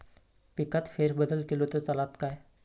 पिकात फेरबदल केलो तर चालत काय?